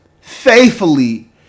faithfully